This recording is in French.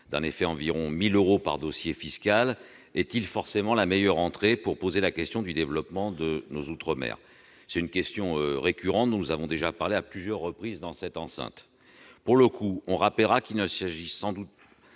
d'environ 1 000 euros par dossier fiscal, est-il forcément la meilleure entrée pour poser la question du développement de nos outre-mer ? C'est une question récurrente, dont nous avons déjà parlé à plusieurs reprises dans cette enceinte. Je rappellerai qu'il ne s'agit sans doute